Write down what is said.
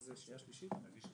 תקריאי את הנוסח.